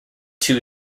two